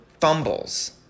fumbles